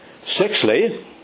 Sixthly